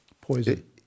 Poison